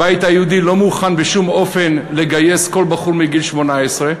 הבית היהודי לא מוכן בשום אופן לגייס כל בחור מגיל 18,